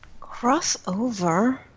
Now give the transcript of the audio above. Crossover